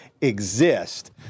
exist